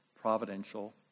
providential